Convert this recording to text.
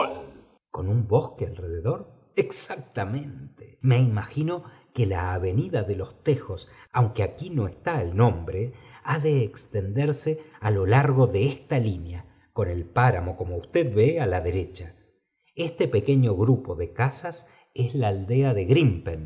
con un bosque alrededor exactamente me imagino que la avenida de los lejos aunque aquí no está el nombre ha de extenderse d lo largo de esta línea con el páramo como usted ye á ln derecha este pequeño grupo de casas es l a aldea de